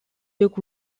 took